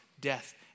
death